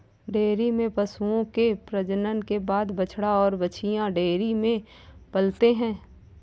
dairy में पशुओं के प्रजनन के बाद बछड़ा और बाछियाँ डेयरी में पलते हैं